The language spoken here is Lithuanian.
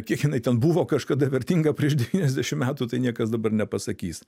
kiek jinai ten buvo kažkada vertinga prieš devyniasdešimt metų tai niekas dabar nepasakys